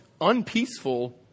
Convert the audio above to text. unpeaceful